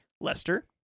Lester